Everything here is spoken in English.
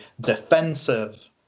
defensive